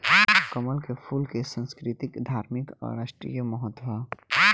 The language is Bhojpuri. कमल के फूल के संस्कृतिक, धार्मिक आ राष्ट्रीय महत्व ह